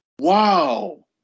wow